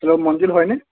hello Manjit হয়নে